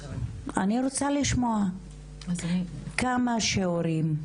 אני רוצה לשמוע כמה שיעורים,